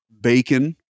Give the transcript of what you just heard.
bacon